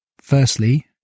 Firstly